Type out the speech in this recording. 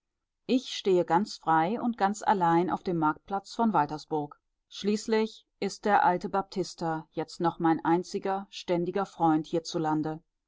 ich stehe ganz frei und ganz allein auf dem marktplatz von waltersburg schließlich ist der alte baptista jetzt noch mein einziger ständiger freund hierzulande